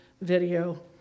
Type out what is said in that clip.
video